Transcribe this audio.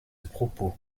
propos